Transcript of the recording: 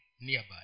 nearby